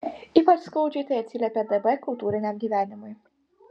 ypač skaudžiai tai atsiliepė dp kultūriniam gyvenimui